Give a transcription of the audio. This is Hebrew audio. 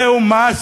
זהו מס,